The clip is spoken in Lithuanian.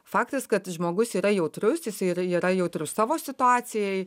faktas kad žmogus yra jautrus jisai yra jautrus savo situacijai